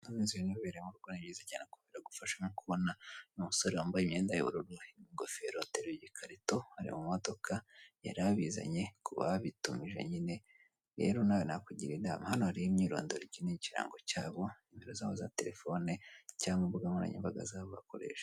Ubere mu bwongereza cyane komeza gufasha no kubona umusore wambaye imyenda yubururu n'ingofero ateruye ikarito ari mu modoka yari abizanye kuba babitumije nyine, rero nawe nakugira inama, hano imyirondoro iki ikirango cyabo, nomero zabo za telefone cyangwa imbuga nkoranyambaga zabo bakoresha.